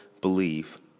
believe